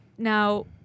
Now